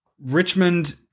Richmond